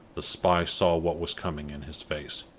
the spy saw what was coming in his face,